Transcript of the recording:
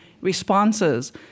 responses